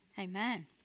Amen